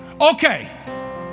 okay